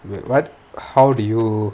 what how do you